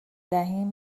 دهیم